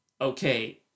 okay